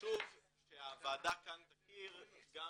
שהוועדה כאן תכיר גם